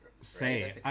say